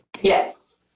Yes